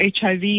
HIV